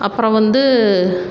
அப்புறம் வந்து